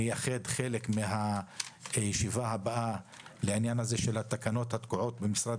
נייחד חלק מן הישיבה הבאה שלנו לעניין התקנות התקועות במשרד